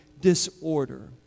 disorder